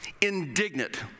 indignant